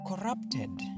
corrupted